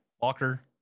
Walker